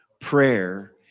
Prayer